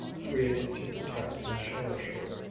created to protect and cherish her,